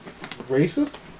Racist